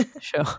Sure